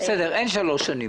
אין שלוש שנים.